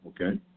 Okay